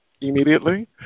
immediately